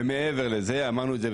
ומעבר לזה אמרנו את זה,